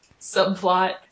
subplot